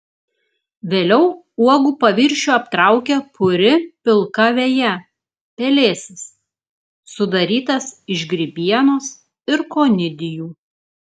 vėliau uogų paviršių aptraukia puri pilka veja pelėsis sudarytas iš grybienos ir konidijų